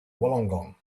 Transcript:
wollongong